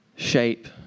shape